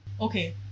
Okay